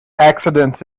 accidents